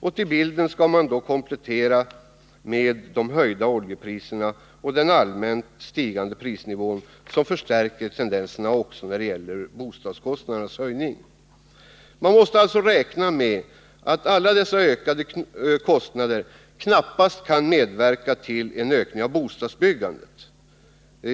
Man skall också komplettera bilden med de höjda oljepriserna och den allmänt stigande prisnivån, som förstärker tendenserna också när det gäller höjningen av bostadskostnaderna. Man måste alltså räkna med att alla dessa ökade kostnader knappast kan medverka till ett ökat bostadsbyggande.